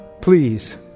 please